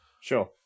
Sure